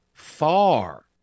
Far